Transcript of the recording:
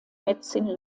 medicine